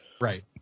right